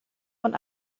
von